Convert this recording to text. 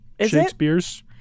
Shakespeare's